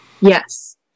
yes